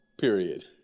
period